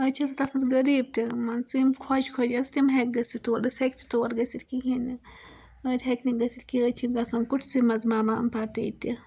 أڈۍ چھِ تتھ منٛز غریٖب تہِ مان ژٕ یِم خوجہِ خۅجہِ تِم ہٮ۪کہِ گَژھِتھ تور أسۍ ہٮ۪کو نہٕ تور گَژھِتھ کِہیٖنٛۍ نہٕ أڈۍ ہٮ۪کہِ نہٕ گَژھِتھ کیٚنٛہہ أڈۍ چھِ گَژھان کُٹھۍسٕے منٛز مَران پَتہٕ ییٚتہِ